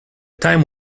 time